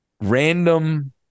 Random